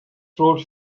throat